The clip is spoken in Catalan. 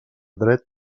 dret